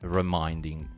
reminding